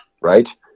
Right